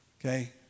Okay